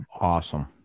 Awesome